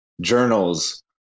journals